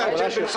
ראש הממשלה.